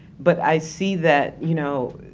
but i see that, you know,